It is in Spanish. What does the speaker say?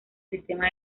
sistema